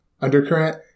undercurrent